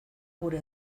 gure